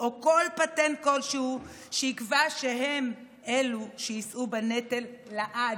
או כל פטנט שיקבע שהם אלו שיישאו בנטל לעד,